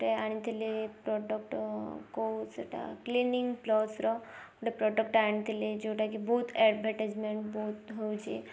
ଗୋଟେ ଆଣିଥିଲି ପ୍ରଡ଼କ୍ଟ କୋଉ ସେଇଟା କ୍ଲିନିକ୍ପ୍ଲସ୍ ର ଗୋଟେ ପ୍ରଡ଼କ୍ଟ ଆଣିଥିଲି ଯୋଉଟା କି ବହୁତ ଆଡ଼ର୍ଭଟାଇଜ୍ମ୍ୟାଣ୍ଟ ବହୁତ ହେଉଛି